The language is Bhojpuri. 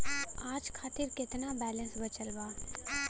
आज खातिर केतना बैलैंस बचल बा?